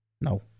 No